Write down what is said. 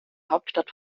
hauptstadt